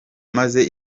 maze